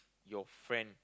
your friend